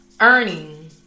earning